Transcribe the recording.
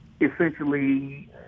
essentially